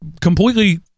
completely